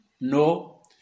No